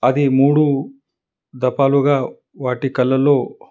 అది మూడు దపాలుగా వాటి కళ్ళలో